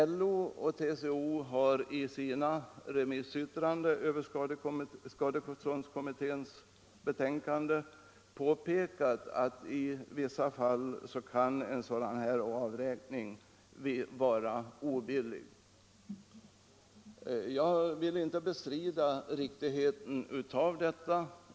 LO och TCO har i sina remissyttranden över skadeståndskommitténs betänkande påpekat att i vissa fall kan en sådan här avräkning vara obillig. Jag vill inte bestrida detta.